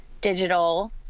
digital